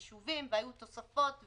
אני מתכבד לפתוח את ישיבת הוועדה.